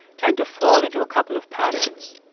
tend to fall into a couple of patterns.